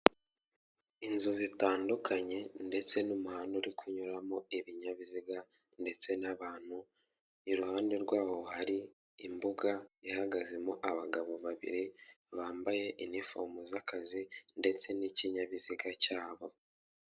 Inzu zitandukanye ndetse n'umuhanda uri kunyuramo ibinyabiziga ndetse n'abantu, iruhande rwaho hari imbuga ihagazemo abagabo babiri bambaye inifomu z'akazi ndetse n'ikinyabiziga cyabo.